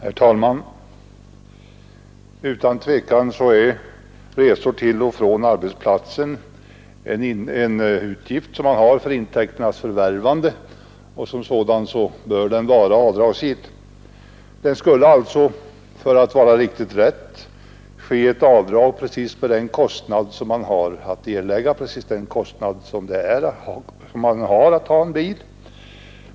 Herr talman! Utan tvivel är resor till och från arbetsplatsen en utgift för intäkternas förvärvande, och som sådan bör den vara avdragsgill. Det skulle alltså rätteligen få göras ett avdrag precis med kostnaderna för att färdas med bil dit.